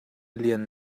lian